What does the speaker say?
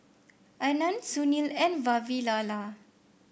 Anand Sunil and Vavilala